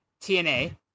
TNA